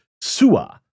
Sua